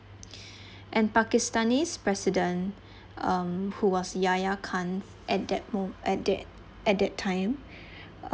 and pakistani's president um who was yahya khan and at the mo~ at that at that time